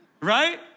Right